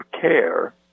CARE